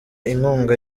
inkunga